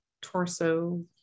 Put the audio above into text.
torso